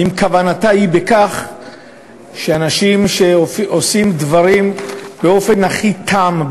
האם כוונתה היא שאנשים שעושים דברים באופן הכי תם,